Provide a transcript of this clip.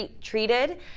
Treated